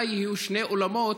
מתי יהיו שני אולמות,